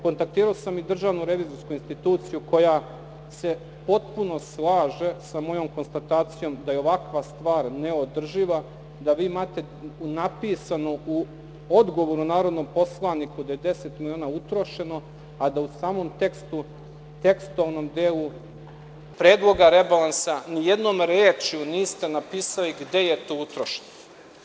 Kontaktirao sam i DRI, koja se potpuno slaže sa mojom konstatacijom, da je ovakva stvar neodrživa, da vi imate napisano u odgovoru narodnom poslaniku da je 10 miliona utrošeno, a da u samom tekstualnom delu Predloga rebalansa nijednom rečju niste napisali gde je to utrošeno.